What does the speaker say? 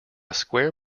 square